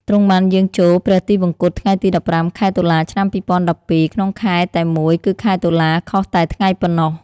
ទ្រង់បានយាងចូលព្រះទិវង្គត ថ្ងៃទី១៥ ខែតុលា ឆ្នាំ២០១២ ក្នុងខែតែមួយគឺខែតុលា ខុសតែថ្ងៃប៉ុណ្ណោះ។